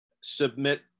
submit